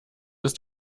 ist